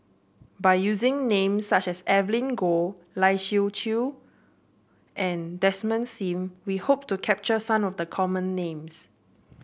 by using names such as Evelyn Goh Lai Siu Chiu and Desmond Sim we hope to capture some of the common names